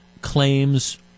claims